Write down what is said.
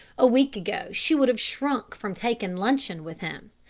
a week ago she would have shrunk from taking luncheon with him,